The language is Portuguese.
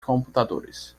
computadores